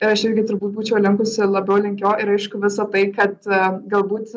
ir aš irgi turbūt būčiau linkusi labiau link jo ir aišku visa tai kad galbūt